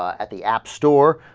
at the ups store ah.